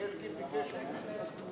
רק אלקין ביקש ממני,